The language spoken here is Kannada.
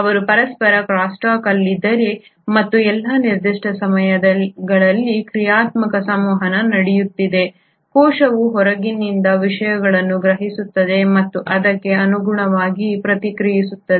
ಅವರು ಪರಸ್ಪರ ಕ್ರಾಸ್ಸ್ಟಾಕ್ ಅಲ್ಲಿದ್ದಾರೆ ಮತ್ತು ಎಲ್ಲಾ ನಿರ್ದಿಷ್ಟ ಸಮಯಗಳಲ್ಲಿ ಕ್ರಿಯಾತ್ಮಕ ಸಂವಹನ ನಡೆಯುತ್ತಿದೆ ಕೋಶವು ಹೊರಗಿನಿಂದ ವಿಷಯಗಳನ್ನು ಗ್ರಹಿಸುತ್ತದೆ ಮತ್ತು ಅದಕ್ಕೆ ಅನುಗುಣವಾಗಿ ಪ್ರತಿಕ್ರಿಯಿಸುತ್ತದೆ